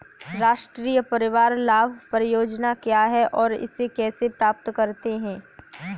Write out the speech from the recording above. राष्ट्रीय परिवार लाभ परियोजना क्या है और इसे कैसे प्राप्त करते हैं?